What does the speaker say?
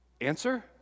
Answer